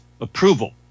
approval